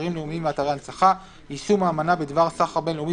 אתרים לאומיים ואתרי הנצחה (יישום האמנה בדבר סחר בין-לאומי